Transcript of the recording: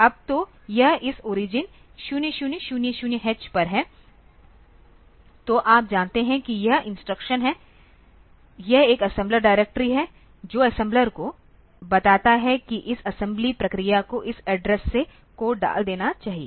अब तो यह इस ओरिजिन 0000h पर है तो आप जानते हैं कि यह इंस्ट्रक्शन है यह एक असेम्बलर डायरेक्टरी है जो असेम्बलर को बताता है कि इस असेंबली प्रक्रिया को इस एड्रेस से कोड डाल देना चाहिए